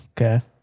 Okay